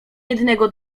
jednego